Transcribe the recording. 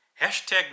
hashtag